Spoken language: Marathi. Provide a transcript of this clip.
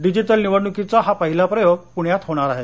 डिजिटल निवडणुकीचा हा पहिला प्रयोग पूण्यात होणार आहे